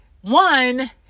one